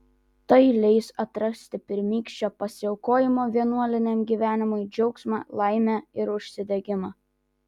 tai leis atrasti pirmykščio pasiaukojimo vienuoliniam gyvenimui džiaugsmą laimę ir užsidegimą